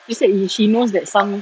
she said she knows that some